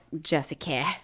Jessica